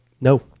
No